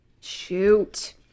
shoot